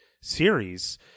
series